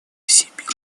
всемирной